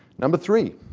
number three,